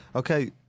Okay